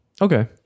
Okay